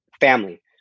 family